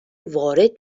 وارد